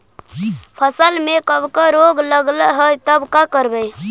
फसल में कबक रोग लगल है तब का करबै